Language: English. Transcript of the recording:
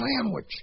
sandwich